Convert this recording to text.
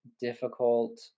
difficult